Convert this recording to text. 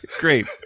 Great